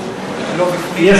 לחינוך לא בפנים.